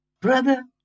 Brother